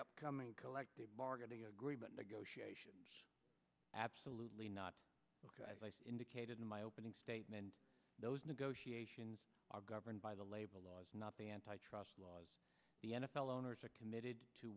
upcoming collective bargaining agreement negotiation absolutely not indicated in my opening statement those negotiations are governed by the labor laws not the antitrust laws the n f l owners are committed to